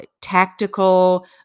tactical